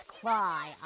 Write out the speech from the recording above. cry